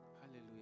Hallelujah